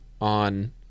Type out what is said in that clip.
on